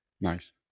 Nice